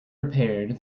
repaired